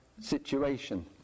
situation